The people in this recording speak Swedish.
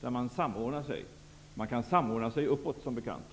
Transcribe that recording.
där man samordnar sig. Man kan samordna sig uppåt, som bekant.